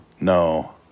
No